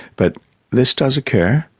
but this does occur.